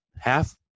half